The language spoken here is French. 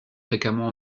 fréquemment